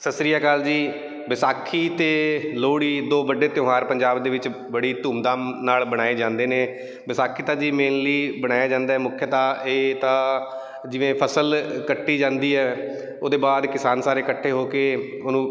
ਸਤਿ ਸ਼੍ਰੀ ਅਕਾਲ ਜੀ ਵਿਸਾਖੀ ਅਤੇ ਲੋਹੜੀ ਦੋ ਵੱਡੇ ਤਿਉਹਾਰ ਪੰਜਾਬ ਦੇ ਵਿੱਚ ਬੜੀ ਧੂਮਧਾਮ ਨਾਲ ਮਨਾਏ ਜਾਂਦੇ ਨੇ ਵਿਸਾਖੀ ਤਾਂ ਜੀ ਮੇਨਲੀ ਮਨਾਇਆ ਜਾਂਦਾ ਮੁੱਖ ਇਹ ਤਾਂ ਜਿਵੇਂ ਫਸਲ ਕੱਟੀ ਜਾਂਦੀ ਹੈ ਉਹਦੇ ਬਾਅਦ ਕਿਸਾਨ ਸਾਰੇ ਇਕੱਠੇ ਹੋ ਕੇ ਉਹਨੂੰ